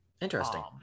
Interesting